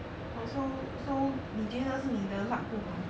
oh so so 你觉得是你的 luck 不好